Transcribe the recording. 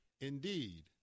indeed